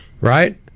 Right